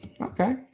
Okay